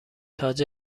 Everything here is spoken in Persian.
تاج